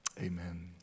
amen